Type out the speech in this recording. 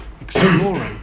exploring